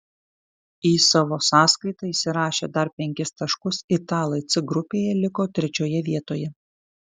į savo sąskaitą įsirašę dar penkis taškus italai c grupėje liko trečioje vietoje